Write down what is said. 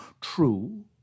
True